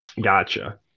Gotcha